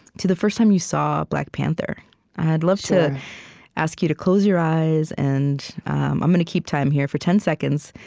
to the first time you saw black panther. and i'd love to ask you to close your eyes and i'm gonna keep time here for ten seconds,